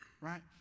right